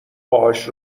باهاش